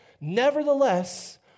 Nevertheless